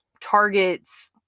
Target's